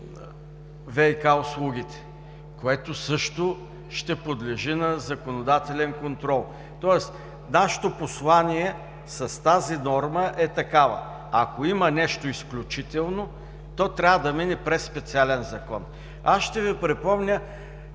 ВиК услугите, което също ще подлежи на законодателен контрол. Нашето послание с тази норма е такова – ако има нещо изключително, то трябва да мине през специален закон. Ще Ви припомня